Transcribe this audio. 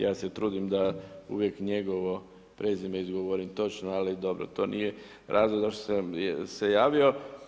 Ja se trudim da uvijek njegovo prezime izgovorim točno, ali dobro to nije razlog zašto sam se javio.